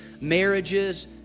marriages